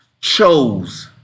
chose